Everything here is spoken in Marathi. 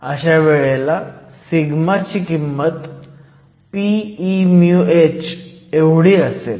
अशा वेळेला सिगमा ची किंमत p e μh एवढी असेल